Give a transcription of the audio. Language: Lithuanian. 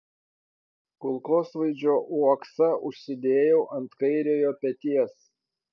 kulkosvaidžio uoksą užsidėjau ant kairiojo peties